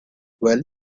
well